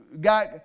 got